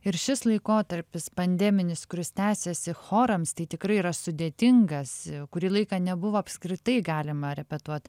ir šis laikotarpis pandeminis kuris tęsiasi chorams tai tikrai yra sudėtingas kurį laiką nebuvo apskritai galima repetuot